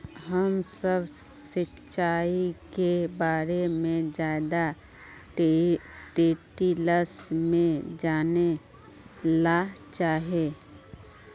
हम सब सिंचाई के बारे में ज्यादा डिटेल्स में जाने ला चाहे?